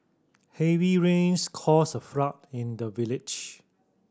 heavy rains caused a flood in the village